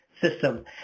System